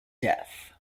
death